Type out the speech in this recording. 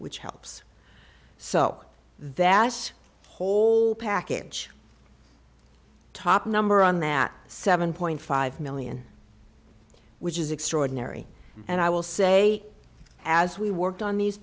which helps so that's whole package top number on that seven point five million which is extraordinary and i will say as we worked on these